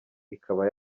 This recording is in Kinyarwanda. ikaba